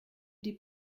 des